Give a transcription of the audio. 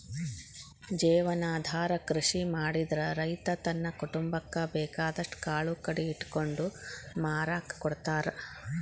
ಜೇವನಾಧಾರ ಕೃಷಿ ಮಾಡಿದ್ರ ರೈತ ತನ್ನ ಕುಟುಂಬಕ್ಕ ಬೇಕಾದಷ್ಟ್ ಕಾಳು ಕಡಿ ಇಟ್ಕೊಂಡು ಮಾರಾಕ ಕೊಡ್ತಾರ